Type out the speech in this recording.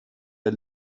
der